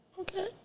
Okay